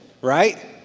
right